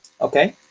okay